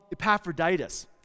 Epaphroditus